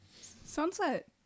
Sunset